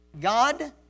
God